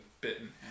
bitten